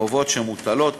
החובות שמוטלות